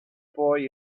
boy